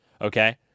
Okay